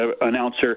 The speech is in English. announcer